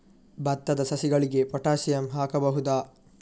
ಭತ್ತದ ಸಸಿಗಳಿಗೆ ಪೊಟ್ಯಾಸಿಯಂ ಹಾಕಬಹುದಾ?